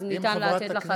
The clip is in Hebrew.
אז אפשר לתת לך,